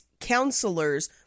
counselors